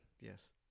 Yes